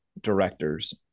directors